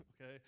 okay